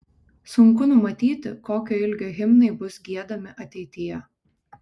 sunku numatyti kokio ilgio himnai bus giedami ateityje